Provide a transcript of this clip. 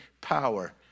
power